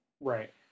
right